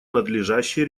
надлежащие